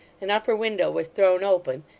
an upper window was thrown open,